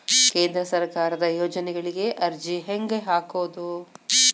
ಕೇಂದ್ರ ಸರ್ಕಾರದ ಯೋಜನೆಗಳಿಗೆ ಅರ್ಜಿ ಹೆಂಗೆ ಹಾಕೋದು?